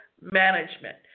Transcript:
management